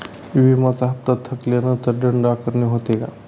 विम्याचा हफ्ता थकल्यानंतर दंड आकारणी होते का?